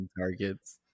targets